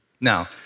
Now